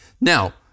Now